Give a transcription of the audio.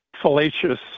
fallacious